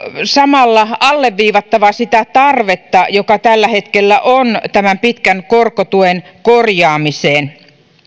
samalla alleviivattava sitä tarvetta joka tällä hetkellä on tämän pitkän korkotuen korjaamiseen